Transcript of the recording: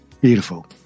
beautiful